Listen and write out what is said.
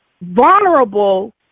vulnerable